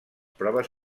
proves